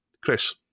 Chris